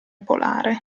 polare